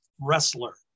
wrestler